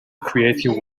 creative